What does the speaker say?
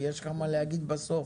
כי יש לך מה להגיד בסוף,